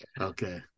okay